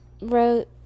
wrote